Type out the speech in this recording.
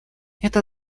эта